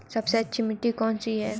सबसे अच्छी मिट्टी कौन सी है?